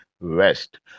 west